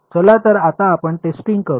चला तर आता आपण टेस्टिंग करू